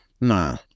Nah